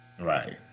Right